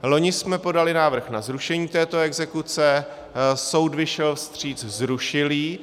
Loni jsme podali návrh na zrušení této exekuce, soud vyšel vstříc, zrušil ji.